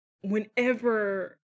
whenever